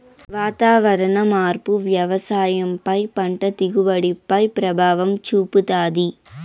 వాతావరణ మార్పు వ్యవసాయం పై పంట దిగుబడి పై ప్రభావం చూపుతాది